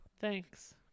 Thanks